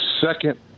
Second